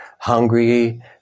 hungry